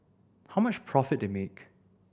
how much profit they make